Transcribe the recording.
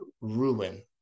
ruin